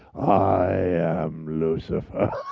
i am lucifer.